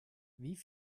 wie